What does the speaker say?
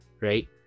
Right